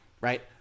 right